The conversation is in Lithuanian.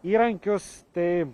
įrankius tai